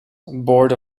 board